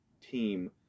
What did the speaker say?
team